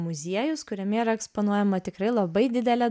muziejus kuriame yra eksponuojama tikrai labai didelė